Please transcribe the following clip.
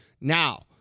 Now